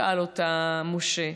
שאל אותה משה.